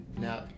Now